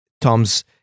Tom's